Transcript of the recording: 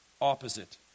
opposite